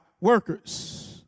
workers